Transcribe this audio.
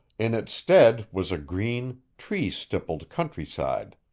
in its stead was a green, tree-stippled countryside.